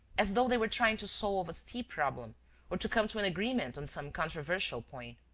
as though they were trying to solve a steep problem or to come to an agreement on some controversial point.